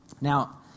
Now